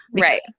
Right